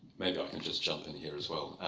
maybe i can just jump in here as well.